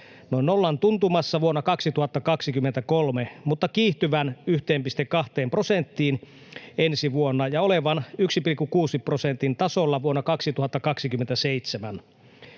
nollan tuntumassa vuonna 2023, mutta kiihtyvän 1,2 prosenttiin ensi vuonna ja olevan 1,6 prosentin tasolla vuonna 2027.